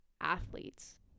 athletes